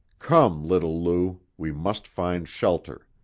come, little lou, we must find shelter.